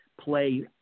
play